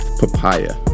papaya